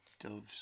doves